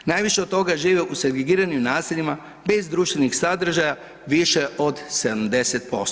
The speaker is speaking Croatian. Najviše od toga žive u segregiranim naseljima bez društvenih sadržaja više od 70%